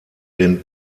den